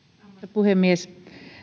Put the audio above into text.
puhemies